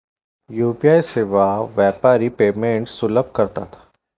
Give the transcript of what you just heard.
UPI सेवा व्यापारी payments सुलभ करतात